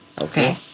Okay